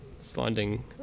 finding